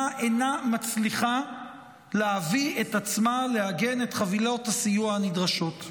אינה מצליחה להביא את עצמה לעגן את חבילות הסיוע הנדרשות.